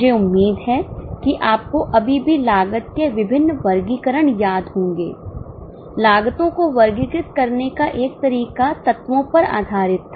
मुझे उम्मीद है कि आपको अभी भी लागत के विभिन्न वर्गीकरण याद होंगे लागतो को वर्गीकृत करने का एक तरीका तत्वों पर आधारित था